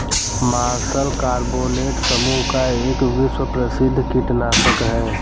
martial carbonate समूह का एक विश्व प्रसिद्ध कीटनाशक है